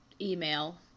email